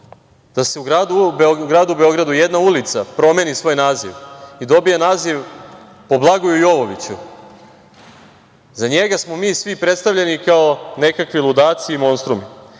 da se u gradu Beogradu jedna ulica promeni svoj naziv, dobije naziv o Blagoju Jovoviću.Za njega smo mi svi predstavljeni kao nekakvi ludaci i monstrumi.